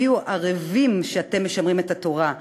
הביאו ערבים שאתם משמרים את התורה.